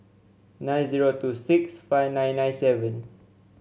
nine zero two six five nine nine seven